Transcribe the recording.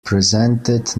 presented